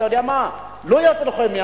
אתה יודע מה, לא יכולים את כל ה-160,000,